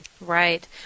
Right